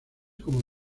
como